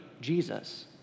Jesus